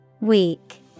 Weak